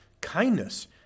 kindness